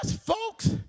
folks